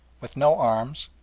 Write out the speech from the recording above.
with no arms,